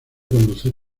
conducir